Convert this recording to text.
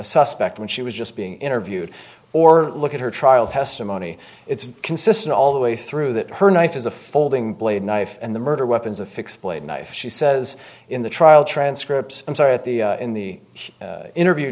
suspect when she was just being interviewed or look at her trial testimony it's consistent all the way through that her knife is a folding blade knife and the murder weapons a fixpoint knife she says in the trial transcript i'm sorry at the in the interview